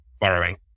borrowing